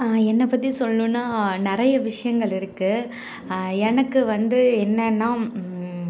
என்னை பற்றி சொல்லணுனா நிறைய விஷயங்கள் இருக்கு எனக்கு வந்து என்னன்னா